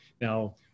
Now